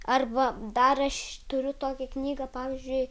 arba dar aš turiu tokią knygą pavyzdžiui